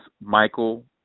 Michael